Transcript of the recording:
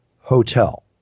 hotel